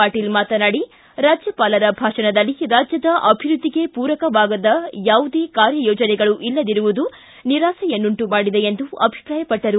ಪಾಟೀಲ್ ಮಾತನಾಡಿ ರಾಜ್ಯಪಾಲರ ಭಾಷಣದಲ್ಲಿ ರಾಜ್ಯದ ಅಭಿವೃದ್ದಿಗೆ ಪೂರಕವಾದ ಯಾವುದೇ ಕಾರ್ಯಯೋಜನೆಗಳು ಇಲ್ಲದಿರುವುದು ನಿರಾಸೆಯನ್ನುಂಟು ಮಾಡಿದೆ ಎಂದು ಅಭಿಪ್ರಾಯಪಟ್ಟರು